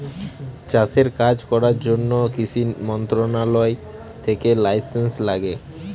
চাষের কাজ করার জন্য কৃষি মন্ত্রণালয় থেকে লাইসেন্স লাগে